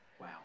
Wow